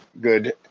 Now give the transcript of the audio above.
good